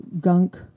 gunk